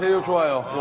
enjoy